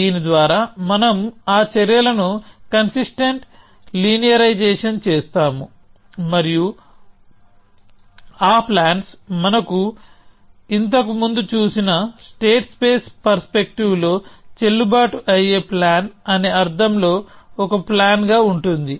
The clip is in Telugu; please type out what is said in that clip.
దీని ద్వారా మనం ఆ చర్యలను కన్సిస్టెంట్ లైనియరిజేషన్ చేస్తాము మరియు ఆ ప్లాన్స్ మనం ఇంతకు ముందు చూసిన స్టేట్ స్పేస్ పర్స్పెక్టివ్ లో చెల్లుబాటు అయ్యే ప్లాన్ అనే అర్థంలో ఒక ప్లాన్ గా ఉంటుంది